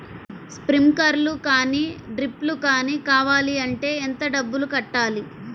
Sprinkler కానీ డ్రిప్లు కాని కావాలి అంటే ఎంత డబ్బులు కట్టాలి?